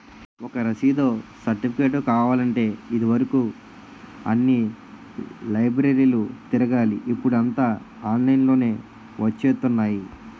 ఒక రసీదో, సెర్టిఫికేటో కావాలంటే ఇది వరుకు అన్ని లైబ్రరీలు తిరగాలి ఇప్పుడూ అంతా ఆన్లైన్ లోనే వచ్చేత్తున్నాయి